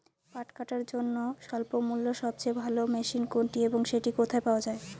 পাট কাটার জন্য স্বল্পমূল্যে সবচেয়ে ভালো মেশিন কোনটি এবং সেটি কোথায় পাওয়া য়ায়?